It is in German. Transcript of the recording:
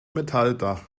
metalldach